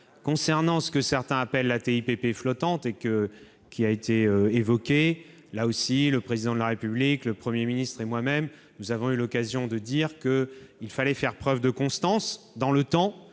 de ce que certains appellent la TIPP flottante, qui a été évoquée, là aussi, le Président de la République, le Premier ministre et moi-même avons eu l'occasion de dire qu'il fallait faire preuve de constance dans le temps